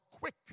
quick